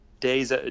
days